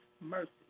mercy